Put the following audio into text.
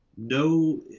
No